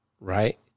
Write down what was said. right